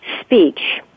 speech